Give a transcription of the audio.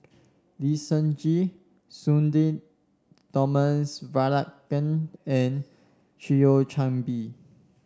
Lee Seng Gee Sudhir Thomas Vadaketh and Thio Chan Bee